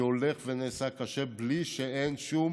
שהולך ונעשה קשה, בלי שיש שום